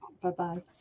Bye-bye